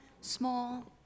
small